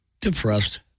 Depressed